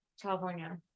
california